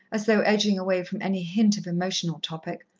as though edging away from any hint of emotional topic.